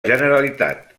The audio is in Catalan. generalitat